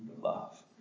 love